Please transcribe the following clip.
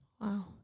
wow